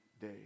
day